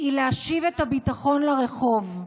היא להשיב את הביטחון לרחוב.